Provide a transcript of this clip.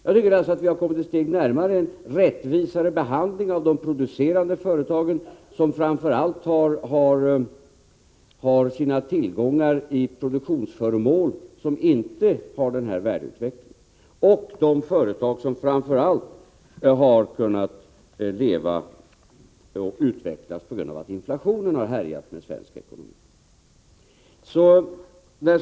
Jag tycker således att vi har kommit ett steg närmare en mera rättvis behandling av de producerande företagen, som framför allt har sina tillgångar i produktionsföremål som inte har den här värdeutvecklingen, och de företag som framför allt har kunnat leva och utvecklas på grund av att inflationen har härjat med svensk ekonomi.